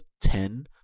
ten